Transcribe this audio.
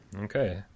Okay